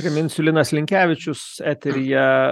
priminsiu linas linkevičius eteryje